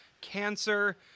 cancer